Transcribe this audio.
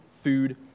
food